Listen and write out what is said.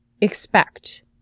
expect